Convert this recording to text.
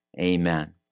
Amen